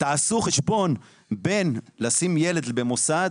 תעשו חשבון בין לשים ילד במוסד,